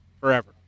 forever